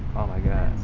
oh my god,